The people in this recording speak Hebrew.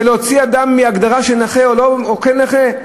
זה להוציא אדם מהגדרה של לא נכה או כן נכה,